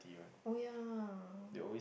oh ya